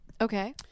Okay